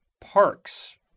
parks